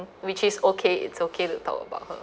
which is okay it's okay to talk about her